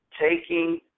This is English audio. taking